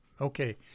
Okay